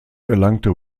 erlangte